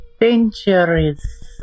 Dangerous